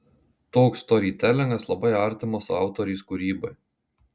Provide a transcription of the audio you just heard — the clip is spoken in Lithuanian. toks storytelingas labai artimas autorės kūrybai